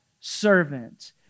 servant